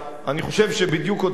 אני חושב שבדיוק אותו דבר,